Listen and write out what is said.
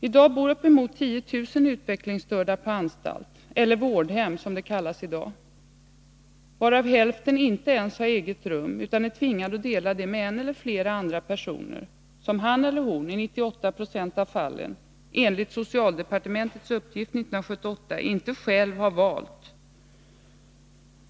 I dag bor uppemot 10 000 utvecklingsstörda på anstalt — eller vårdhem, som de kallas i dag-— varav hälften inte ens har eget rum utan är tvingade att dela rum med en 63 eller flera andra personer som han eller hon i 98 26 av fallen, enligt socialdepartementets uppgift 1978, inte själv har valt.